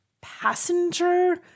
passenger